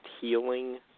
healing